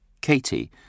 Katie